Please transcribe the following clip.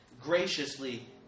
graciously